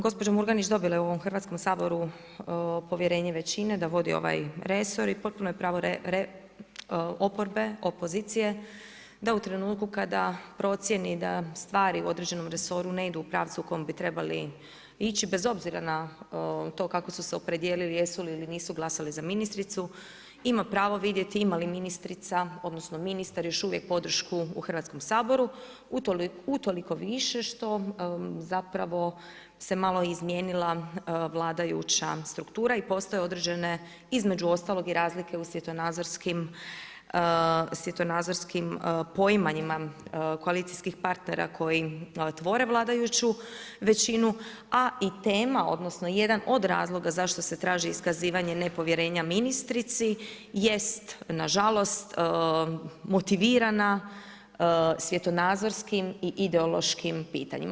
Gospođa Murganić dobila je u ovom Hrvatskom saboru povjerenje većine da vodi ovaj resor i potpuno je pravo oporbe, opozicije da u trenutku kada procijeni da stvari u određenom resoru ne idu u pravcu u kom bi trebali ići bez obzira na to kako su se opredijelili jesu li ili nisu glasali za ministricu ima pravo vidjeti ima li ministrica, odnosno ministar još uvijek podršku u Hrvatskom saboru utoliko više što zapravo se malo i izmijenila vladajuća struktura i postoje određene između ostalog i razlike u svjetonazorskim poimanjima koalicijskih partnera koji tvore vladajuću većinu, a i tema, odnosno jedan od razloga zašto se traži iskazivanje nepovjerenja ministrici jest na žalost motivirana svjetonazorskim i ideološkim pitanjima.